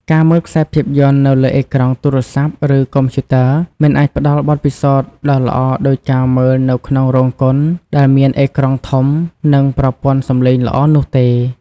ការមើលខ្សែភាពយន្តនៅលើអេក្រង់ទូរស័ព្ទឬកុំព្យូទ័រមិនអាចផ្តល់បទពិសោធន៍ដ៏ល្អដូចការមើលនៅក្នុងរោងកុនដែលមានអេក្រង់ធំនិងប្រព័ន្ធសំឡេងល្អនោះទេ។